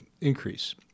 increase